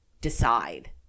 Decide